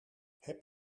heb